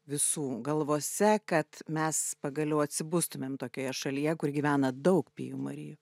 visų galvose kad mes pagaliau atsibustumėm tokioje šalyje kur gyvena daug pijų marijų